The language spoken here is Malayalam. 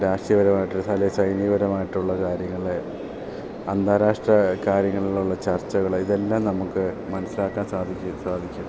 രാഷ്ട്രീയപരമായിട്ട് അല്ലേ സൈനികപരമായിട്ടുള്ള കാര്യങ്ങൾ അന്താരാഷ്ട്ര കാര്യങ്ങളിൽ ഉള്ള ചർച്ചകൾ ഇതെല്ലാം നമുക്ക് മനസ്സിലാക്കാൻ സാധിക്കും സാധിക്കും